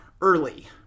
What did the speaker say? early